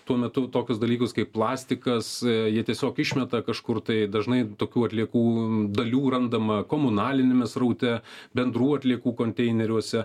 tuo metu tokius dalykus kaip plastikas jie tiesiog išmeta kažkur tai dažnai tokių atliekų dalių randama komunaliniame sraute bendrų atliekų konteineriuose